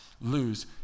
lose